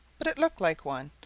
but it looked like one,